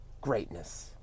greatness